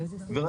לא,